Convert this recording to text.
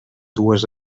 dues